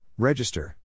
Register